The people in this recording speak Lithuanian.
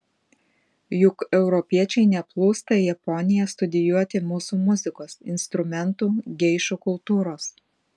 juk europiečiai neplūsta į japoniją studijuoti mūsų muzikos instrumentų geišų kultūros